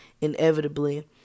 inevitably